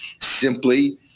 simply